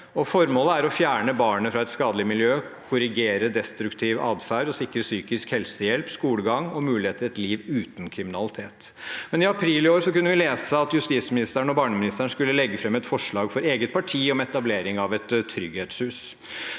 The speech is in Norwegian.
Formålet er å fjerne barnet fra et skadelig miljø, korrigere destruktiv atferd og sikre psykisk helsehjelp, skolegang og mulighet til et liv uten kriminalitet. I april i år kunne vi imidlertid lese at justisministeren og barneministeren skulle legge fram et forslag for eget parti om etablering av et trygghetshus.